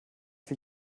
für